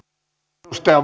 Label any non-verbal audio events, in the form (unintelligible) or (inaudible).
arvoisa (unintelligible)